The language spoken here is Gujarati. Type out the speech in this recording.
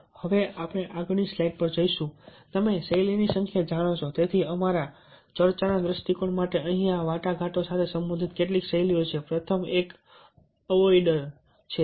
હવે આગળની સ્લાઇડ પર આવીએ છીએ કે તમે શૈલીની સંખ્યા જાણો છો તેથી અમારા ચર્ચાના દૃષ્ટિકોણ માટે અહીં આ વાટાઘાટો સાથે સંબંધિત કેટલીક શૈલીઓ છે પ્રથમ એક અવોઇડર છે